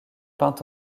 peinte